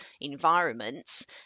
environments